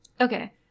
okay